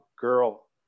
girl